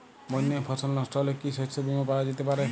বন্যায় ফসল নস্ট হলে কি শস্য বীমা পাওয়া যেতে পারে?